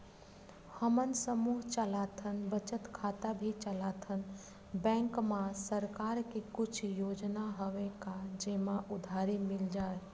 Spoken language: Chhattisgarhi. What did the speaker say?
हमन समूह चलाथन बचत खाता भी चलाथन बैंक मा सरकार के कुछ योजना हवय का जेमा उधारी मिल जाय?